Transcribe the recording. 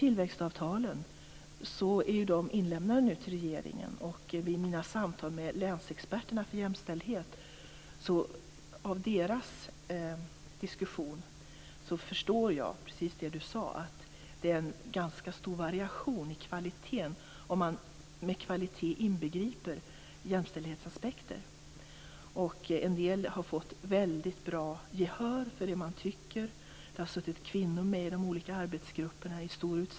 Tillväxtavtalen är nu inlämnade till regeringen. Av mina samtal med länsexperterna för jämställdhet har jag förstått att det, som Marianne Andersson sade, är en ganska stor variation i kvaliteten, om däri inbegrips jämställdhetsaspekterna. På en del håll har man fått väldigt bra gehör för sina åsikter, och där har det i stor utsträckning suttit kvinnor med i de olika arbetsgrupperna.